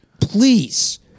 Please